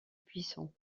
puissants